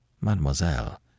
Mademoiselle